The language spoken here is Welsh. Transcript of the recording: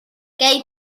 gei